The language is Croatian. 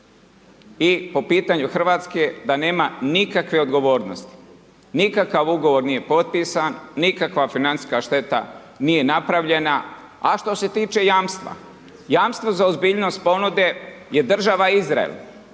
i po pitanju Hrvatske, da nema nikakve odgovornosti, nikav ugovor nije potpisan, nikakva financijska šteta nije napravljena, a što se tiče jamstva, jamstvo za ozbiljnost ponude je države Izrael,